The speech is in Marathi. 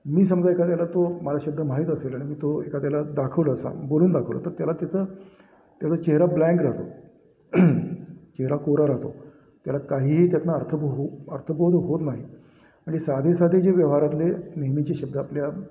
मी समजा एखाद्याला तो मला शब्द माहीत असेल आणि मी तो एखाद्याला दाखवलं असा बोलून दाखवलं तर त्याला त्याचं त्याचा चेहरा ब्लँक राहतो चेहरा कोरा राहतो त्याला काहीही त्यातनं अर्थबो हो अर्थबोध होत नाही आणि साधे साधे जे व्यवहारातले नेहमीचे शब्द आपल्या